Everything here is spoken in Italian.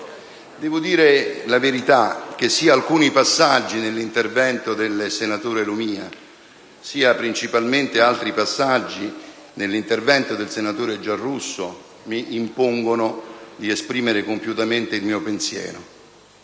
a dir la verità, sia alcuni passaggi dell'intervento del senatore Lumia sia, principalmente, altri passaggi dell'intervento del senatore Giarrusso, mi impongono di esprimere compiutamente il mio pensiero.